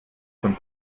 von